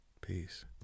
Peace